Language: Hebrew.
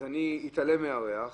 אז אני אתעלם מהריח,